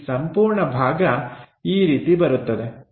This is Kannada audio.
ಈ ಸಂಪೂರ್ಣ ಭಾಗ ಈ ರೀತಿ ಬರುತ್ತದೆ